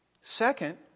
Second